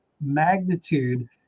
magnitude